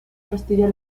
castilla